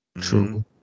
True